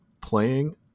playing